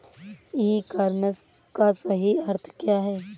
ई commerce का सही अर्थ क्या है?